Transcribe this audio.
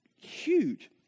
huge